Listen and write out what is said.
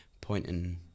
pointing